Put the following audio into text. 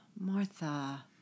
Martha